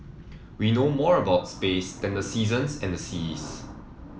we know more about space than the seasons and the seas